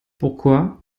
pourquoi